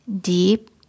deep